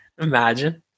Imagine